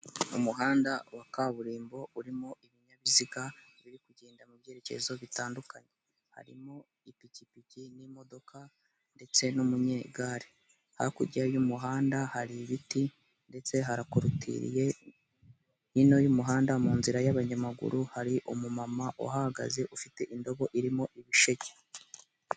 Umuhanda wa kaburimbo urimo ibinyabiziga biri kugenda mu byerekezo bitandukanye, harimo ipikipiki n'imodoka ndetse n'umunyegare, hakurya y'umuhanda hari ibiti ndetse harakurotiriye, hino y'umuhanda mu nzira y'abanyamaguru, hari umumama uhagaze ufite indobo irimo ibisheke.